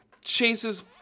chases